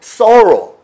sorrow